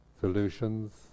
solutions